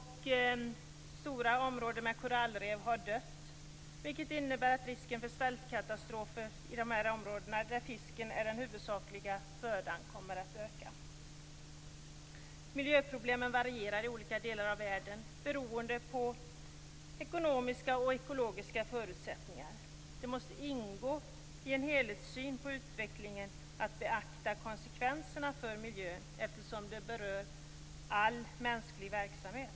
Stora områden med korallrev har dött, vilket innebär att risken för svältkatastrofer i de här områdena, där fisken är den huvudsakliga födan, kommer att öka. Miljöproblemen varierar i olika delar av världen beroende på ekonomiska och ekologiska förutsättningar. Det måste ingå i en helhetssyn på utvecklingen att beakta konsekvenserna för miljön, eftersom de berör all mänsklig verksamhet.